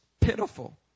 pitiful